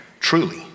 truly